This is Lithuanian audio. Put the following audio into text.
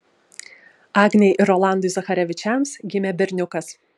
agnei ir rolandui zacharevičiams gimė berniukas